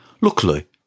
Luckily